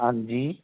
ਹਾਂਜੀ